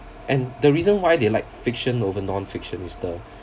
and the reason why they like fiction over non-fiction is the